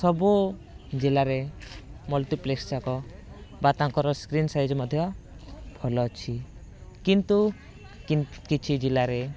ସବୁ ଜିଲ୍ଲାରେ ମଲ୍ଟିପ୍ଲେକ୍ସ ଯାକ ବା ତାଙ୍କର ସ୍କ୍ରିନ୍ ସାଇଜ୍ ମଧ୍ୟ ଭଲ ଅଛି କିନ୍ତୁ କିଛି ଜିଲ୍ଲାରେ